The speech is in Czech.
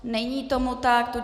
Není tomu tak.